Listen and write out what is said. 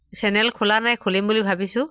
channel খোলা নাই খুলিম বুলি ভাবিছোঁ